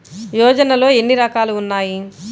యోజనలో ఏన్ని రకాలు ఉన్నాయి?